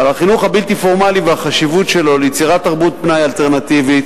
ועל החינוך הבלתי-פורמלי והחשיבות שלו ליצירת תרבות פנאי אלטרנטיבית